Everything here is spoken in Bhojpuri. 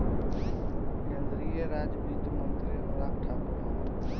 केंद्रीय राज वित्त मंत्री अनुराग ठाकुर हवन